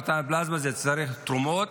למתן פלזמה צריך תרומות.